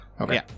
okay